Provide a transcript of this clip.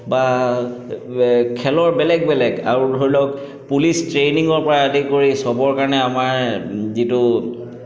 বা খেলৰ বেলেগ বেলেগ আৰু ধৰি লওক পুলিচ ট্ৰেইনিঙৰ পৰা আদি কৰি চবৰ কাৰণে আমাৰ যিটো